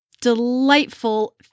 delightful